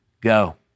go